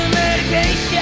medication